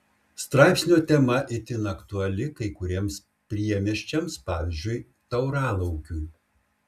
straipsnio tema itin aktuali kai kuriems priemiesčiams pavyzdžiui tauralaukiui